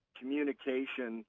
communication